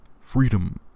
Freedom